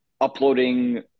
uploading